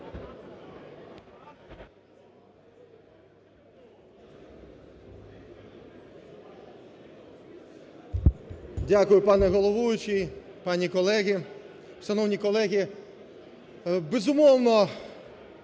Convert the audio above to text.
Дякую, пане головуючий. Пані, колеги, шановні колеги,